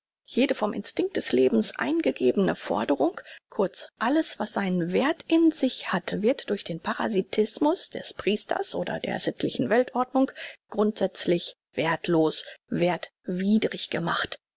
jede vom instinkt des lebens eingegebne forderung kurz alles was seinen werth in sich hat wird durch den parasitismus des priesters oder der sittlichen weltordnung grundsätzlich werthlos werthwidrig gemacht